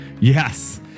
yes